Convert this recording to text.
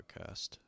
podcast